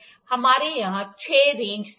हमारे यहां छह रेंज सेट हैं